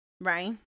right